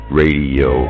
radio